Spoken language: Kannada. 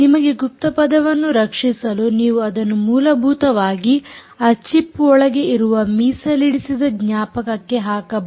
ನಿಮಗೆ ಗುಪ್ತಪದವನ್ನು ರಕ್ಷಿಸಲು ನೀವು ಅದನ್ನು ಮೂಲಭೂತವಾಗಿ ಈ ಚಿಪ್ ಒಳಗೆ ಇರುವ ಮೀಸಲಿಡಿಸಿದ ಜ್ಞಾಪಕಕ್ಕೆ ಹಾಕಬಹುದು